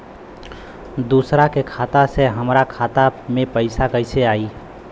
दूसरा के खाता से हमरा खाता में पैसा कैसे आई?